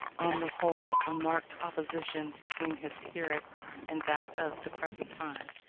on the whole, a marked opposition between his spirit and that of the present time.